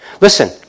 Listen